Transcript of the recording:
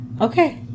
Okay